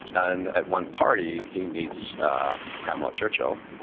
and at one party, he meets pamela churchill,